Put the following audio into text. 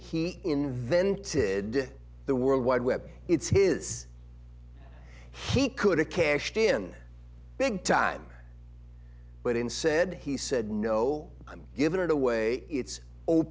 he invented the world wide web it's his he could it cashed in big time but in said he said no i'm giving it away it's o